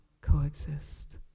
coexist